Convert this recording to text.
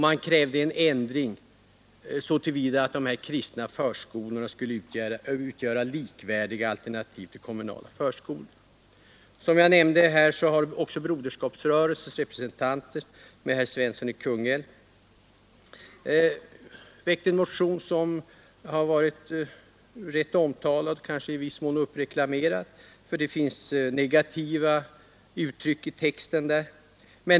Man krävde en ändring så till vida att de kristna förskolorna skulle utgöra likvärdiga alternativ till kommunala förskolor. Som jag nämnde har också Broderskapsrörelsens representanter, med herr Svensson i Kungälv som förste undertecknare, väckt en motion, som varit rätt omtalad och kanske i viss mån uppreklamerad — det finns negativa uttryck i texten.